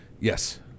yes